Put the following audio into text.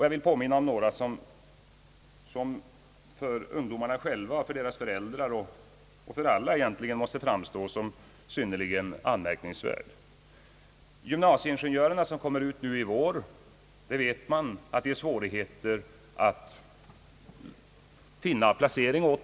Jag vill påminna om några sådana konsekvenser som för ungdomarna själva och deras föräldrar måste framstå som synnerligen anmärkningsvärda. De gymnasieingenjörer som kommer ut nu i vår har svårigheter att bli placerade.